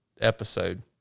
episode